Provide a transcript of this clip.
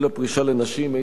גיל הפרישה לנשים),